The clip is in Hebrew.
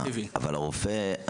אבל הרופא,